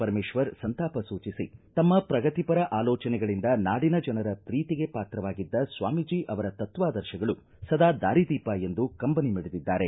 ಪರಮೇಶ್ವರ್ ಸಂತಾಪ ಸೂಚಿಸಿ ತಮ್ಮ ಶ್ರಗತಿಪರ ಆಲೋಚನೆಗಳಿಂದ ನಾಡಿನ ಜನರ ಪ್ರೀತಿಗೆ ಪಾತ್ರವಾಗಿದ್ದ ಸ್ವಾಮೀಜಿ ಅವರ ತತ್ವಾದರ್ಶಗಳು ಸದಾ ದಾರಿದೀಪ ಎಂದು ಕಂಬನಿ ಮಿಡಿದಿದ್ದಾರೆ